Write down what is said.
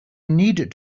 needed